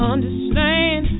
Understand